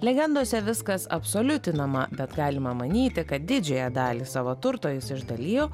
legendose viskas absoliutinama bet galima manyti kad didžiąją dalį savo turto jis išdalijo